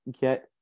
get